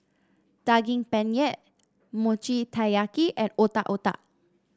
Daging Penyet Mochi Taiyaki and Otak Otak